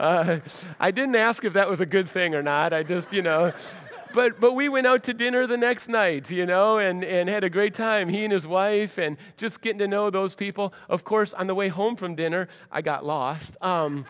didn't ask if that was a good thing or not i do you know but but we went out to dinner the next night you know and had a great time he and his wife and just getting to know those people of course on the way home from dinner i got lost